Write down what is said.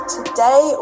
Today